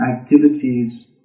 activities